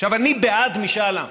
עכשיו, אני בעד משאל עם.